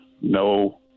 no